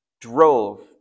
drove